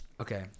Okay